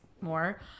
more